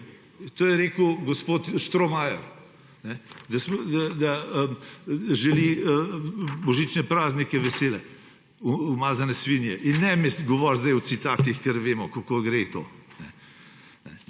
To je rekel gospod Štromajer. Da želi vesele božične praznike, umazane svinje. In ne mi govoriti zdaj o citatih, ker vemo, kako gre to.